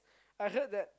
I heard that